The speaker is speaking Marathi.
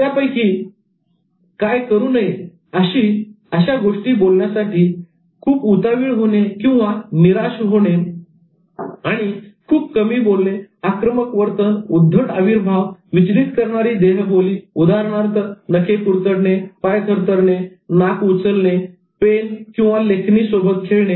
त्यापैकी काय करू नये अशा गोष्टी बोलण्यासाठी खूप उतावीळ होणे किंवा निराश होणे आणि खूप कमी बोलणे आक्रमक वर्तन उद्धट अविर्भाव विचलित करणारी देहबोली नखे कुरतडणे पाय थरथरणे नाक उचलणे पेन लेखणी सोबत खेळणे